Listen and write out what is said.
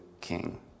king